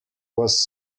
was